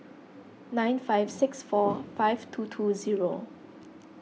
nine five six four five two two zero